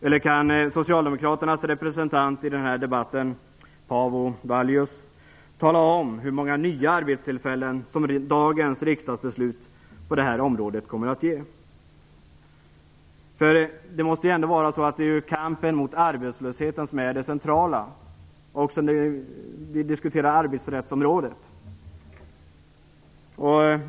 Eller kan socialdemokraternas representant i den här debatten, Paavo Vallius, tala om hur många nya arbetstillfällen som dagens riksdagsbeslut på det här området kommer att ge? Kampen mot arbetslösheten måste ändå vara det centrala också när vi diskuterar arbetsrättsområdet.